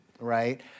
right